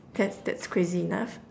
guess that's crazy enough